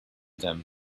them